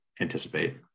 anticipate